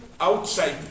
outside